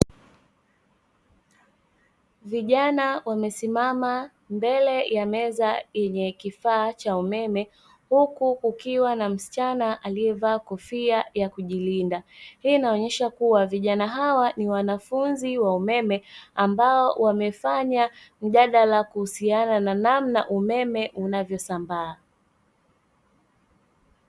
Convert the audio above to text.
Vijana wamesimama mbele ya meza yenye kifaa cha umeme, huku kukiwa na msichana aliyevaa kofia ya kujilinda, hii inaonyesha kuwa vijana hawa ni wanafunzi wa umeme ambao wamefanya mjadala kuhusiana na namna umeme unavyosambaa.